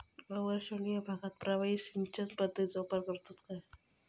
अवर्षणिय भागात प्रभावी सिंचन पद्धतीचो वापर करतत काय?